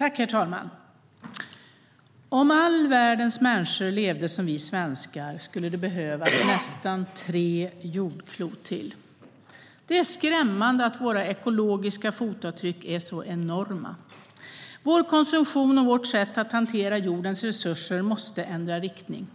Herr talman! Om alla världens människor levde som vi svenskar skulle det behövas nästan tre jordklot till. Det är skrämmande att våra ekologiska fotavtryck är så enorma, och vår konsumtion och vårt sätt att hantera jordens resurser måste ändra riktning.